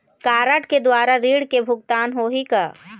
Card के द्वारा ऋण के भुगतान होही का?